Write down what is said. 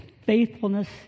faithfulness